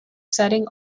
setting